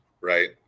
right